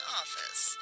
office